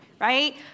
right